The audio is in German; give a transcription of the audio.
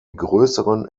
größeren